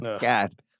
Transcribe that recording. God